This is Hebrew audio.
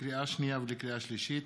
לקריאה שנייה ולקריאה שלישית: